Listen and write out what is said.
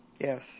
Yes